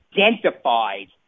identified